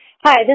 Hi